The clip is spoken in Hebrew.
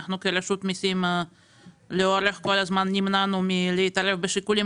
אנחנו כרשות מיסים נמנענו מלהתערב בשיקולים